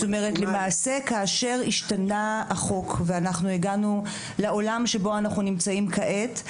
כאשר השתנה החוק והגענו לעולם שבו אנחנו נמצאים כעת,